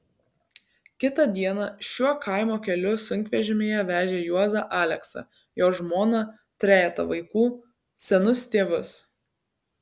kitą dieną šiuo kaimo keliu sunkvežimyje vežė juozą aleksą jo žmoną trejetą vaikų senus tėvus